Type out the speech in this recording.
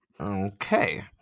Okay